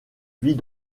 vit